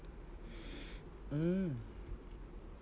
mm